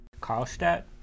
Karlstadt